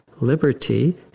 liberty